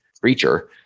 creature